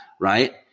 right